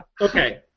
Okay